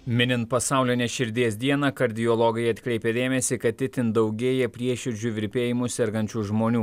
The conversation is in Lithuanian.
minint pasaulinę širdies dieną kardiologai atkreipia dėmesį kad itin daugėja prieširdžių virpėjimu sergančių žmonių